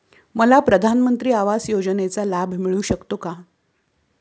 मला प्रधानमंत्री आवास योजनेचा लाभ मिळू शकतो का?